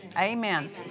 Amen